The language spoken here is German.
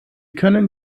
können